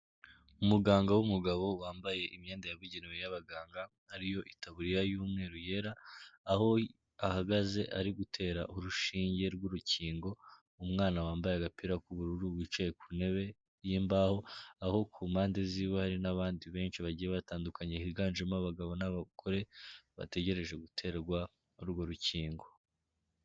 Umuganga w'umugabo wambaye imyenda yabugenewe y'abaganga ariyo itaburiya y'umweru yera, aho ahagaze ari gutera urushinge rw'urukingo umwana wambaye agapira k'ubururu wicaye ku ntebe y'imbaho, aho ku mpande ziwe hari n'abandi benshi bagiye batandukanye higanjemo abagabo n'abagore bategereje guterwa urwo rukingo.